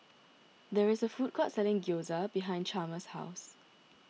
there is a food court selling Gyoza behind Chalmers' house